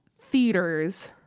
theaters